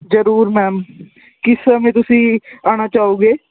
ਜ਼ਰੂਰ ਮੈਮ ਕਿਸ ਸਮੇਂ ਤੁਸੀਂ ਆਉਣਾ ਚਾਹੋਗੇ